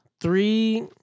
Three